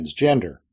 transgender